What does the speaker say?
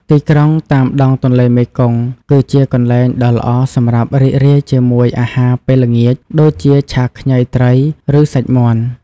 ទីក្រុងតាមដងទន្លេមេគង្គ គឺជាកន្លែងដ៏ល្អសម្រាប់រីករាយជាមួយអាហារពេលល្ងាច ដូចជាឆាខ្ញីត្រី ឬសាច់មាន់។